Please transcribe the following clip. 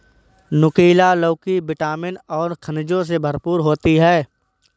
नुकीला लौकी विटामिन और खनिजों से भरपूर होती है